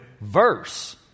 verse